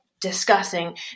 discussing